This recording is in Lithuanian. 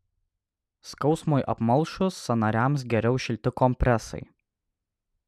skausmui apmalšus sąnariams geriau šilti kompresai